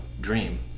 dream